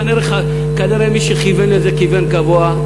כנראה מי שכיוון את זה כיוון גבוה,